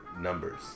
numbers